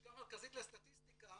הלשכה המרכזית לסטטיסטיקה